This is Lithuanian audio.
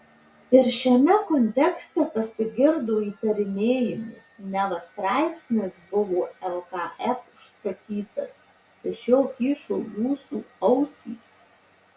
ir šiame kontekste pasigirdo įtarinėjimų neva straipsnis buvo lkf užsakytas iš jo kyšo jūsų ausys